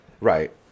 Right